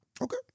Okay